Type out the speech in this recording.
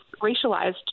racialized